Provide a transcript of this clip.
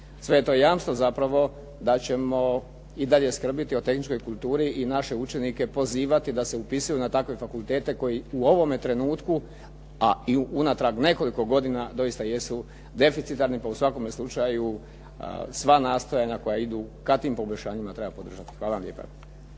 Sve je to jamstvo zapravo da ćemo i dalje skrbiti o tehničkoj kulturi i naše učenike pozivati da se upisuju na takve fakultete koji u ovome trenutku a i unatrag nekoliko godina doista jesu deficitarni pa u svakome slučaju sva nastojanja koja idu ka tim poboljšanjima treba podržati. Hvala vam lijepa.